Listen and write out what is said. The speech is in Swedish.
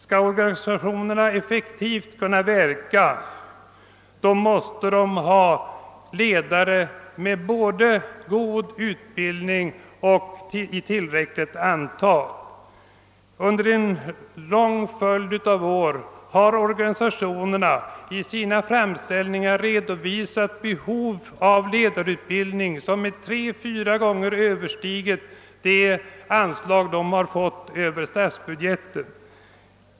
Skall organisationerna kunna verka effektivt måste de ha både tillräckligt många ledare och ledare med god utbildning. Under en lång följd av år har organisationerna i sina framställningar redovisat ett behov av ledarutbildning som är tre till fyra gånger större än anslaget i statsbudgeten.